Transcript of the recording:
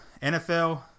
NFL